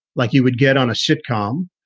like you would get on a sitcom?